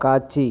காட்சி